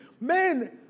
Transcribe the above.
Men